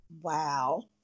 Wow